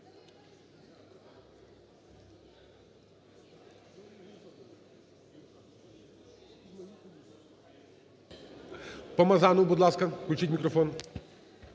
Помазанов, будь ласка, включіть мікрофон.